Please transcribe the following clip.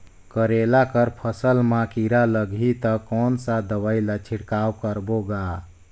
करेला कर फसल मा कीरा लगही ता कौन सा दवाई ला छिड़काव करबो गा?